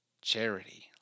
charity